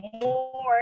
more